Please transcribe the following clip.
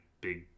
big